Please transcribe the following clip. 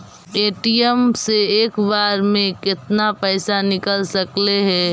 ATM से एक बार मे केतना पैसा निकल सकले हे?